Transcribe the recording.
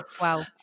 Wow